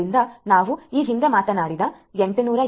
ಆದ್ದರಿಂದ ನಾವು ಈ ಹಿಂದೆ ಮಾತನಾಡಿದ 802